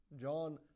John